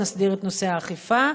נסדיר את נושא האכיפה,